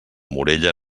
morella